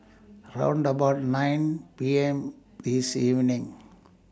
round about nine P M This evening